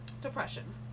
Depression